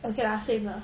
okay lah same lah